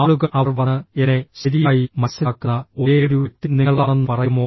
ആളുകൾ അവർ വന്ന് എന്നെ ശരിയായി മനസ്സിലാക്കുന്ന ഒരേയൊരു വ്യക്തി നിങ്ങളാണെന്ന് പറയുമോ